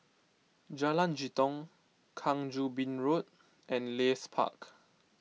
Jalan Jitong Kang Choo Bin Road and Leith Park